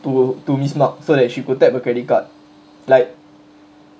to to miss mak so that she could tap her credit card like